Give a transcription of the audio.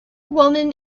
woman